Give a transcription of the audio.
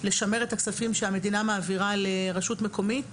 לשמר את הכספים שהמדינה מעבירה לרשות מקומית,